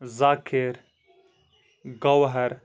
ذاکر گوہر